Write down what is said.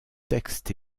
textes